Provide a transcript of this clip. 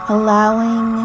Allowing